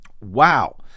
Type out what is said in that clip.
Wow